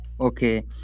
okay